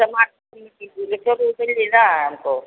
हमको